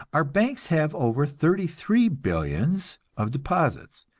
our banks have over thirty-three billions of deposits,